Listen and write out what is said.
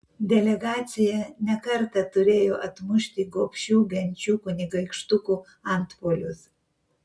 delegacija ne kartą turėjo atmušti gobšių genčių kunigaikštukų antpuolius